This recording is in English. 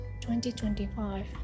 2025